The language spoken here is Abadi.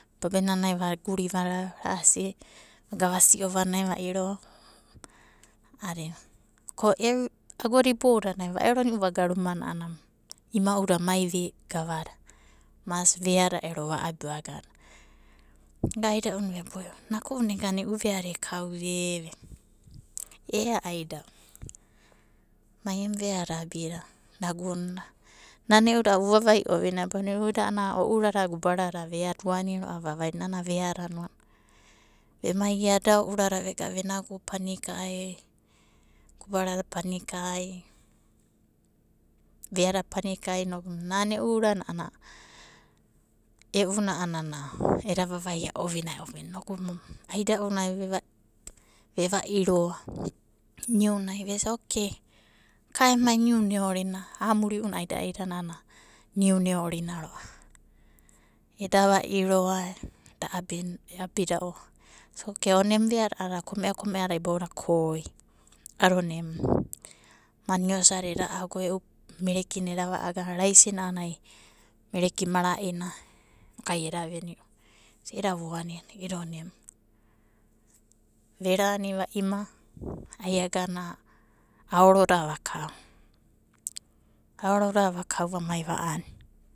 Babenanai vaguri vanai vaga vasi'o vanai va'iro ko eu agoda iboudadai a'ana ai va'eroni'u va'iro vagana rumana a'ana ima'uda mai gavada. Mas veada ero va'abi vagana. Vaga aida'una veboi naku'una ega e'u veada ekauva e veka. Ia aida'u mai emu veada abida nagunda. Nana e'uda a'ada vuvavai ovinai badina uida a'anai o'urada, gubarada mai veada uani ro'a vavaina. Nana veadano ema iada eda veada vega venagu panikai a'ana e guburada panikai veada pani kai inoku nana e'u urana e'una a'anana eda vavaia ovinai ovinai aida'unai veva iroa niunai vesia okei ka emai niuna eorina amuri'una aida aida nana niuna eorina ro'ava eda va'iro eda abida ui okei ona emu veada a'ada kome'a kome'adada koi ada ona emuda. Maniosada eda ago e'u merekina eda va'aga. Raisina a'anai mereki mara'inai inokai eda veni'u, edasia i'ida voani va'ima ai agana aoroda vakau, aoroda vakau aoroda vamai va'ani.